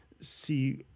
see